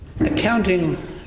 Accounting